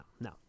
no